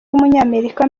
w’umunyamerika